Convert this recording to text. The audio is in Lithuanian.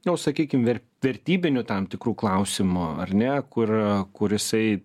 nu sakykim ver vertybinių tam tikrų klausimų ar ne kur kur jisai